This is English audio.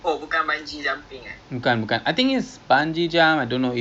ya eh what is mega bounce mega bounce